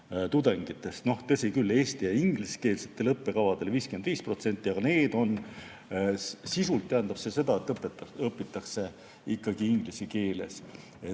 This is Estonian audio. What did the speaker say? Tõsi küll, eesti‑ ja ingliskeelsetel õppekavadel 55%, aga sisuliselt tähendab see seda, et õpitakse ikkagi inglise keeles.